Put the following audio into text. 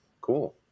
Cool